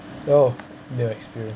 oh new experience